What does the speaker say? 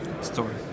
story